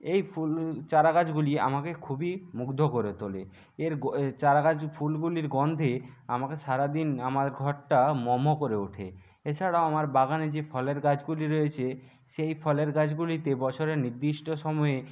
এই ফুল চারা গাছগুলি আমাকে খুবই মুগ্ধ করে তোলে এর চারাগাছ ফুলগুলির গন্ধে আমাকে সারা দিন আমার ঘরটা ম ম করে ওঠে এছাড়া আমার বাগানে যে ফলের গাছগুলি রয়েছে সেই ফলের গাছগুলিতে বছরের নির্দিষ্ট সময়ে